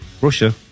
Russia